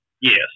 Yes